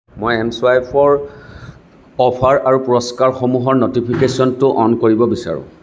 মই এমছুৱাইপৰ অফাৰ আৰু পুৰস্কাৰসমূহৰ ন'টিফিকেশ্যনটো অন কৰিব বিচাৰোঁ